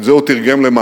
את זה הוא תרגם למאמרים,